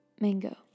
mango